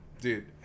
Dude